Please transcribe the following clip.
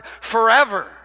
forever